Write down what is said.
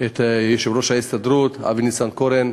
את יושב-ראש ההסתדרות אבי ניסנקורן,